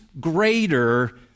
greater